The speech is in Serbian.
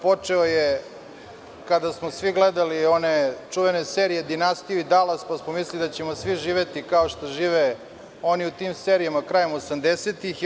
Počeo je kada smo svi gledali one čuvene serije „Dinastiju“ i „Dalas“, pa smo mislili da ćemo svi živeti kao što žive oni u tim serijama krajem osamdesetih.